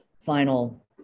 final